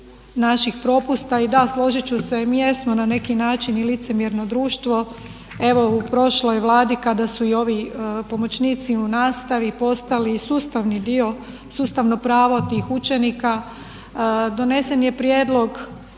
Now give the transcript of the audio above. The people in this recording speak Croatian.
naših propusta i da, složit ću se mi jesmo i na neki način i licemjerno društvo. Evo u prošloj Vladi kada su i ovi pomoćnici u nastavi postali sustavni dio, sustavno pravo tih učenika, donesen je prijedlog